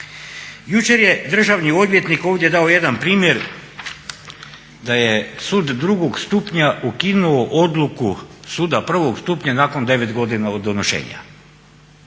Jučer je državni odvjetnik ovdje dao jedan primjer da je sud drugog stupnja ukinuo odluku suda prvog stupnja nakon 9 godina od donošenja.